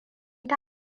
ta